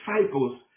disciples